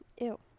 Ew